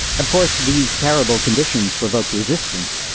of course, these terrible conditions provoked resistance.